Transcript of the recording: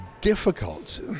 difficult